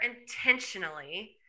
intentionally